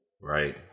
right